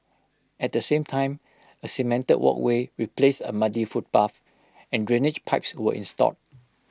at the same time A cemented walkway replaced A muddy footpath and drainage pipes were installed